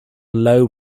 low